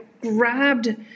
grabbed